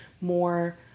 more